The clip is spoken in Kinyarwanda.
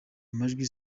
amajwi